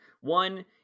one